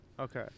okay